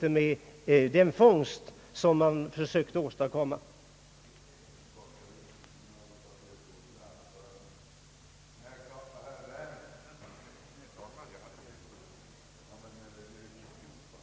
Herr talmannen anmärkte, att de korta genmälena syntes börja användas för hållande av särskilda anföranden i stället för repliker.